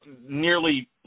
nearly